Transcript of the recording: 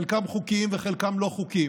חלקם חוקיים וחלקם לא חוקיים.